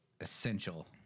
essential